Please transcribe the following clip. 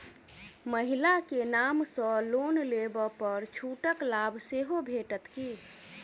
महिला केँ नाम सँ लोन लेबऽ पर छुटक लाभ सेहो भेटत की?